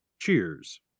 Cheers